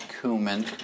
cumin